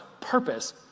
purpose